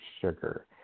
sugar